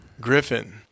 Griffin